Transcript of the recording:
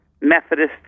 Methodist